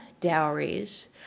dowries